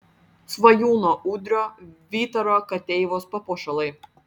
svajūno udrio vytaro kateivos papuošalai